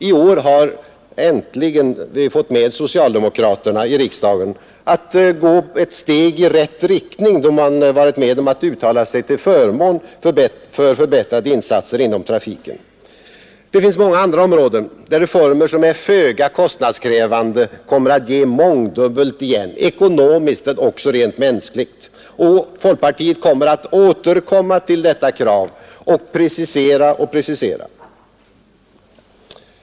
I år har vi äntligen fått med socialdemokraterna i riksdagen att gå ett steg i rätt riktning, då man varit med om att uttala sig till förmån för förbättrade insatser inom trafiken. Det finns många andra områden där reformer som är föga kostnadskrävande kommer att ge mångdubbelt igen ekonomiskt men också rent mänskligt. Folkpartiet kommer att återkomma till detta krav med preciseringar i olika sammanhang.